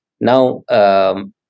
now